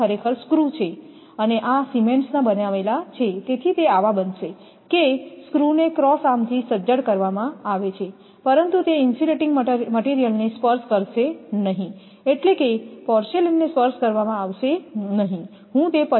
અને આ સિમેન્ટ્સના બનાવેલા છે તેથી તે આવા બનશે કે સ્ક્રુને ક્રોસ આર્મથી સજ્જડ કરવામાં આવે છે પરંતુ તે ઇન્સ્યુલેટીંગ મટિરિયલને સ્પર્શ કરશે નહીં એટલે કે પોર્સેલેઇનને સ્પર્શ કરવામાં આવશે નહીં હું તે પછી સમજાવીશ